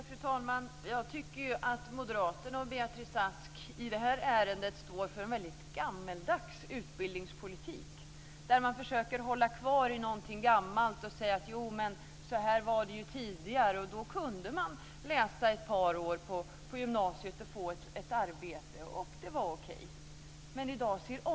Fru talman! Jag tycker att moderaterna och Beatrice Ask i det här ärendet står för en väldigt gammaldags utbildningspolitik, där man försöker hålla kvar vid någonting gammalt och säga: Men så här var det tidigare. Då kunde man läsa ett par år på gymnasiet och få ett arbete. Det var okej.